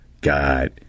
God